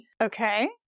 Okay